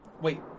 Wait